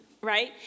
right